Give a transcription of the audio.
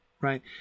right